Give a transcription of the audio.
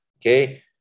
Okay